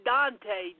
Dante